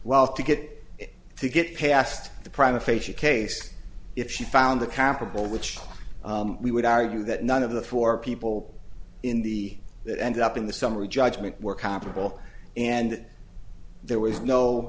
well to get to get past the prime aphasia case if she found the capital which we would argue that none of the four people in the that ended up in the summary judgment were comparable and there was no